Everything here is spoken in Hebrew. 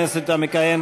לחוק.